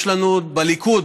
יש לנו בליכוד,